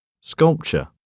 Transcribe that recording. Sculpture